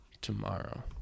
tomorrow